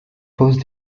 pose